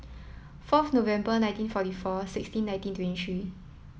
fourth November nineteen forty four sixteen nineteen twenty three